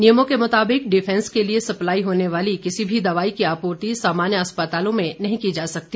नियमों के मुताबिक डिफेंस के लिए सप्लाई होने वाली किसी भी दवाई की आपूर्ति सामान्य अस्पतालों में नही की जा सकती